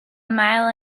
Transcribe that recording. mile